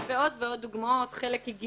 יש לנו עוד ועוד דוגמאות,